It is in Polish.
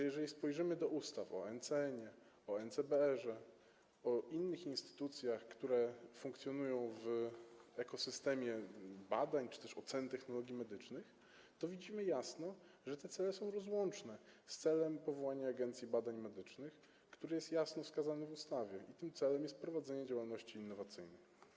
Jeżeli zajrzymy do ustaw o NCN, o NCBR czy o innych instytucjach, które funkcjonują w ekosystemie badań czy też oceny technologii medycznych, to widzimy jasno, że te cele są rozłączne z celem powołania Agencji Badań Medycznych, który jest jasno wskazany w ustawie, a tym celem jest prowadzenie działalności innowacyjnej.